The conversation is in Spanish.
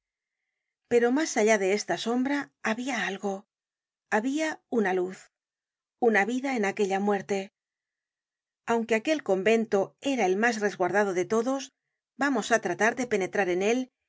pero mas allá de esta sombra habia algo habia una luz una vida en aquella muerte aunque aquel convento era el mas resguardado de todos vamos á tratar de penetrar en él y